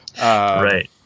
Right